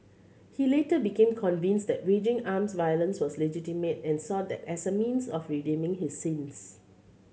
he later became convinced that waging armed violence was legitimate and saw that as a means of redeeming his sins